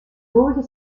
vorige